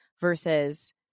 versus